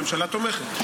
הממשלה תומכת.